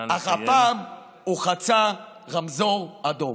אך הפעם הוא חצה רמזור אדום.